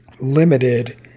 limited